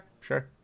sure